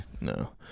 no